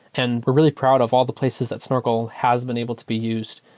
and we're really proud of all the places that snorkel has been able to be used.